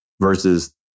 versus